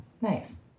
Nice